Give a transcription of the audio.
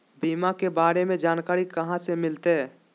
बीमा के बारे में जानकारी कहा से मिलते?